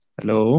Hello